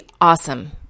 awesome